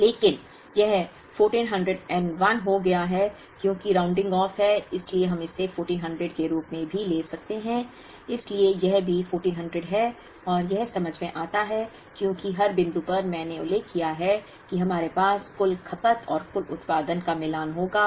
लेकिन यह 1401 का हो गया है क्योंकि राउंडिंग ऑफ है इसलिए हम इसे 1400 के रूप में भी ले सकते हैं इसलिए यह भी 1400 है और यह समझ में आता है क्योंकि हर बिंदु पर मैंने उल्लेख किया है कि हमारे पास कुल खपत और कुल उत्पादन का मिलान होगा